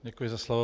Děkuji za slovo.